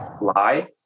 lie